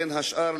בין השאר,